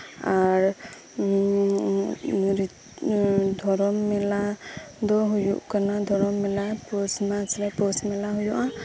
ᱟᱨ ᱫᱷᱚᱨᱚᱢ ᱢᱮᱞᱟ ᱫᱚ ᱦᱩᱭᱩᱜ ᱠᱟᱱᱟ ᱯᱳᱥ ᱢᱟᱥᱨᱮ ᱯᱳᱥ ᱢᱮᱞᱟ ᱦᱩᱭᱩᱜᱼᱟ